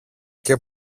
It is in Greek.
και